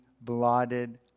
blotted